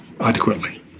adequately